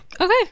Okay